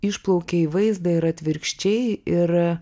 išplaukia į vaizdą ir atvirkščiai ir